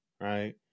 right